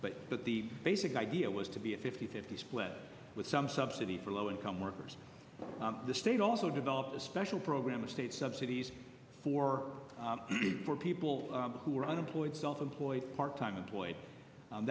that the basic idea was to be a fifty fifty split with some subsidy for low income workers the state also developed a special program of state subsidies for people who are unemployed self employed part time employed